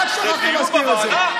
רק שכחתם להזכיר את זה.